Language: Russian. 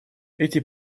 эти